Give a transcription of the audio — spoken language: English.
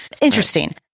interesting